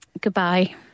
Goodbye